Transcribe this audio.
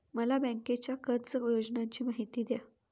मला बँकेच्या कर्ज योजनांची माहिती द्या